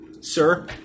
Sir